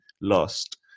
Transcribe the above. lost